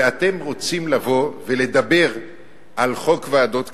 ואתם רוצים לבוא ולדבר על חוק ועדות קבלה.